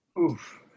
Oof